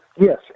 Yes